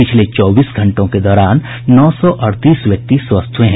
पिछले चौबीस घंटों के दौरान नौ सौ अड़तीस व्यक्ति स्वस्थ हुये हैं